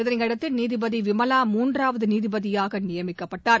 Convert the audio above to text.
இதனையடுத்து நீதிபதி விமலா மூன்றாவது நீதிபதியாக நியமிக்கப்பட்டார்